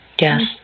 Yes